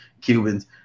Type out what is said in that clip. Cubans